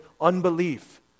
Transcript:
unbelief